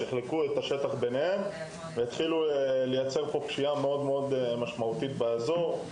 שחילקו את השטח ביניהן והחלו לייצר פשיעה מאוד משמעותית באזור הזה.